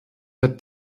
hat